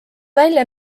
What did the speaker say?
välja